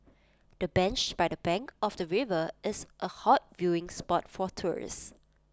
the bench by the bank of the river is A hot viewing spot for tourists